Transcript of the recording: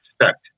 expect